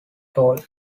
toll